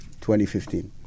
2015